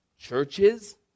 churches